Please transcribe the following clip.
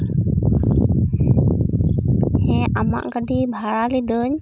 ᱦᱮᱸ ᱟᱢᱟᱜ ᱜᱟᱹᱰᱤ ᱵᱷᱟᱲᱟ ᱞᱤᱫᱟᱹᱧ